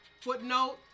footnote